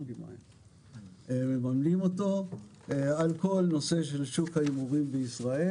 על כל נושא שוק ההימורים בישראל.